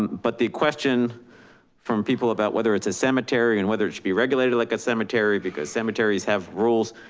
but the question from people about whether it's a cemetery and whether it should be regulated like a cemetery, because cemeteries have rules,